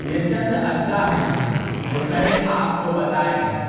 یہ چند اجزاء ہیں جو میں نے آپ کو بتائے ہیں